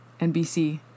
NBC